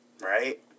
Right